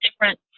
different